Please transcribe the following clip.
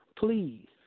please